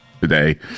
today